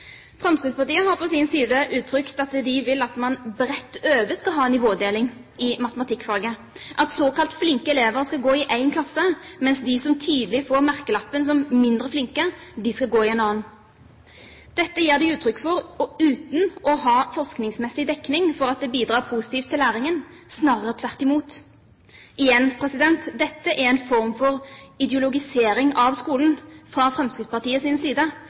Fremskrittspartiet har på sin side uttrykt at de vil at man bredt over skal ha nivådeling i matematikkfaget, at såkalt flinke elever skal gå i én klasse, mens de som tidlig får merkelappen som mindre flinke, skal gå i en annen. Dette gir de uttrykk for og uten å ha forskningsmessig dekning for at det bidrar positivt til læringen, snarere tvert imot. Igjen: Dette er en form for ideologisering av skolen fra Fremskrittspartiets side,